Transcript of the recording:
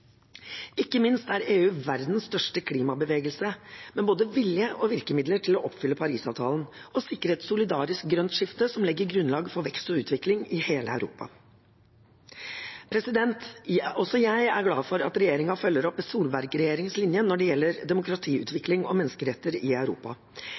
Ikke minst er EU verdens største klimabevegelse, med både vilje og virkemidler til å oppfylle Paris-avtalen og sikre et solidarisk grønt skifte som legger grunnlag for vekst og utvikling i hele Europa. Også jeg er glad for at regjeringen følger opp Solberg-regjeringens linje når det gjelder